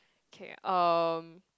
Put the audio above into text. okay um